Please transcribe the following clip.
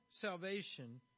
salvation